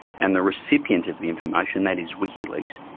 and the recipient of the information, that is, wikileaks,